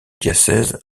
diocèse